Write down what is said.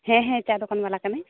ᱦᱮᱸ ᱦᱮᱸ ᱪᱟ ᱫᱚᱠᱟᱱ ᱵᱟᱞᱟ ᱠᱟᱹᱱᱟᱹᱧ